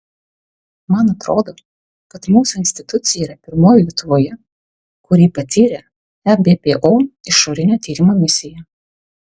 man atrodo kad mūsų institucija yra pirmoji lietuvoje kuri patyrė ebpo išorinio tyrimo misiją